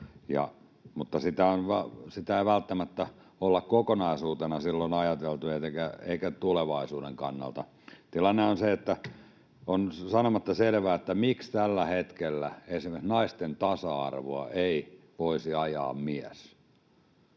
mutta sitä ei välttämättä olla kokonaisuutena silloin ajateltu eikä tulevaisuuden kannalta. Tilanne on se, että on sanomatta selvää, miksi tällä hetkellä esimerkiksi naisten tasa-arvoa ei voisi ajaa mies.